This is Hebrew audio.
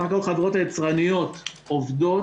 בסך הכל החברות היצרניות עובדות